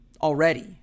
already